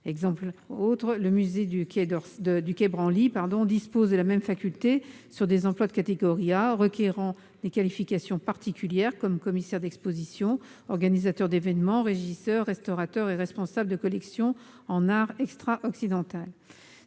diffuse. Le musée du Quai Branly dispose de la même faculté pour des emplois de catégorie A nécessitant des qualifications particulières, comme ceux de commissaire d'exposition, d'organisateur d'évènements, de régisseur, de restaurateur et de responsable de collection en art extra-occidental.